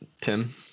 Tim